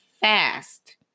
fast